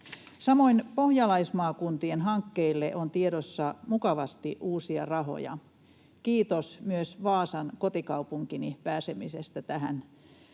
Samoin pohjalaismaakuntien hankkeille on tiedossa mukavasti uusia rahoja. Kiitos myös Vaasan, kotikaupunkini, pääsemisestä tähän